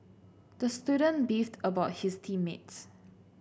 the student beefed about his team mates